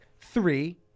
three